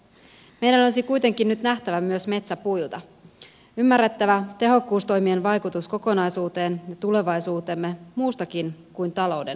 meidän olisi kuitenkin nyt nähtävä myös metsä puilta ymmärrettävä tehokkuustoimien vaikutus kokonaisuuteen ja tulevaisuuteemme muustakin kuin talouden näkökulmasta